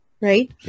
Right